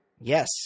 Yes